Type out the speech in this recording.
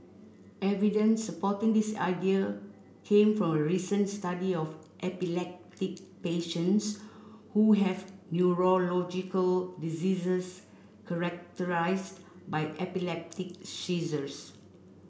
evidence supporting this idea came from a recent study of epileptic patients who have neurological diseases characterised by epileptic seizures